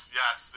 yes